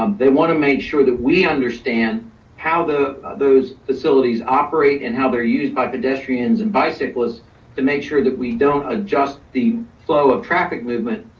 um they wanna make sure that we understand how those facilities operate and how they're used by pedestrians and bicycles to make sure that we don't adjust the flow of traffic movement,